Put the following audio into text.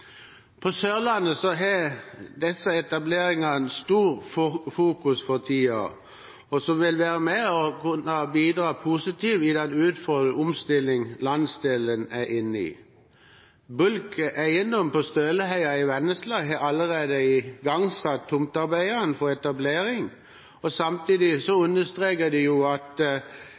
på 5 MW. På Sørlandet har disse etableringene stort fokus for tiden, noe som vil være med på å kunne bidra positivt i den omstilling landsdelen er inne i. Bulk Eiendom på Støleheia i Vennesla har allerede igangsatt tomtearbeidene for etablering. Samtidig understreker de at